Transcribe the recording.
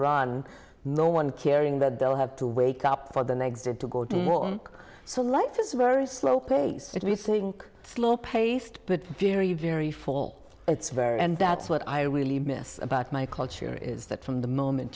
run no one caring that they'll have to wake up for the next day to go to work so life is a very slow pace that we think slow paced but very very fall it's very and that's what i really miss about my culture is that from the moment